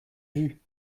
vus